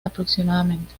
aproximadamente